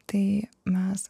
tai mes